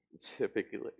typically